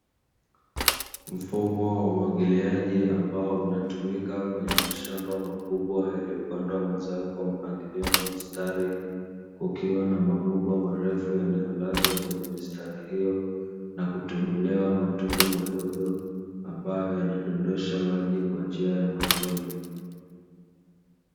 Mfumo wa umwagiliaji ambao unatumika kwenye mashamba makubwa yaliyopandwa mazao kwa mpangilio wa mistari, kukiwa na mabomba marefu yanayolazwa kwenye mistari hiyo na kutobolewa matundu madogo ambayo yanadondosha maji kwa njia ya matone.